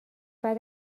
بعد